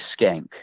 Skank